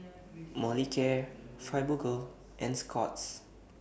Molicare Fibogel and Scott's